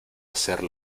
hacer